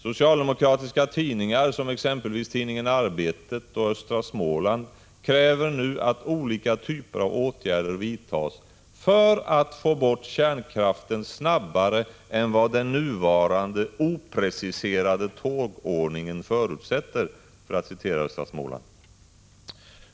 Socialdemokratiska tidningar — exempelvis Arbetet och Östra Småland — kräver nu att olika typer av åtgärder vidtas ”för att få bort kärnkraften snabbare än vad den nuvarande, opreciserade tågordningen förutsätter” — jag citerar Östra Småland.